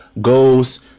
goes